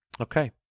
Okay